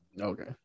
Okay